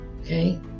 Okay